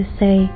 say